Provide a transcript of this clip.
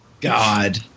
god